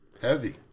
heavy